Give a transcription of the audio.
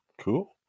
Cool